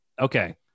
okay